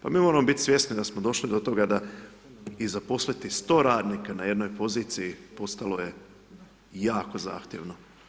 Pa mi moramo biti svjesni da smo došli do toga da i zaposliti 100 radnika na jednoj poziciji, postalo je jako zahtjevno.